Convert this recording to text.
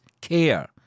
care